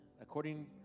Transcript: according